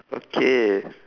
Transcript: okay